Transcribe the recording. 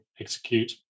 execute